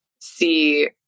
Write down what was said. see